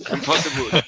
Impossible